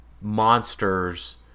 monsters